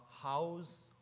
house